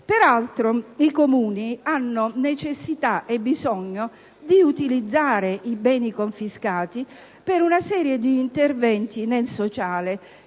Peraltro, i Comuni hanno necessità e bisogno di utilizzare i beni confiscati per una serie di interventi nel sociale,